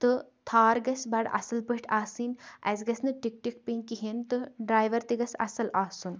تہٕ تھار گژھِ بَڑٕ اَصٕل پٲٹھۍ آسٕنۍ اَسہِ گژھِ نہٕ ٹِک ٹِک پیٚنۍ کِہیٖنۍ تہٕ ڈرٛایوَر تہِ گژھِ اَصٕل آسُن